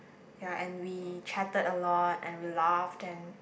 ya and we chatted a lot and we laughed and